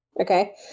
Okay